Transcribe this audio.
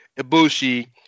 Ibushi